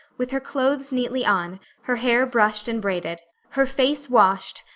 with her clothes neatly on, her hair brushed and braided, her face washed,